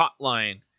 Hotline